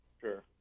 Sure